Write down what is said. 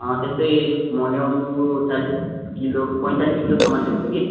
त्यस्तै म ल्याउँछु चालिस किलो पैँतालिस किलोसम्म ल्याउँछु कि